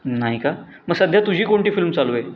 नाही का मग सध्या तुझी कोणती फिल्म चालू आहे